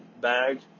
bag